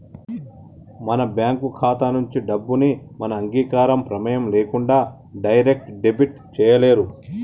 మన బ్యేంకు ఖాతా నుంచి డబ్బుని మన అంగీకారం, ప్రెమేయం లేకుండా డైరెక్ట్ డెబిట్ చేయలేరు